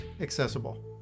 accessible